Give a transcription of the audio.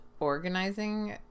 organizing